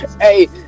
Hey